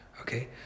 okay